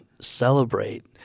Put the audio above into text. celebrate